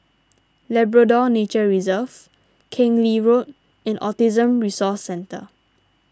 Labrador Nature Reserve Keng Lee Road and Autism Resource Centre